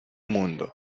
mundo